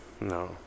No